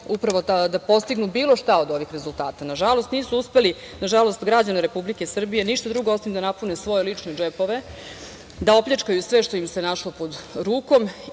upravo da postignu bilo šta od ovih rezultata. Nažalost, nisu uspeli, nažalost građane Republike Srbije, ništa drugo osim da napune svoje lične džepove, da opljačkaju sve što bi im se našlo pod rukom